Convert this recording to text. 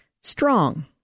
Strong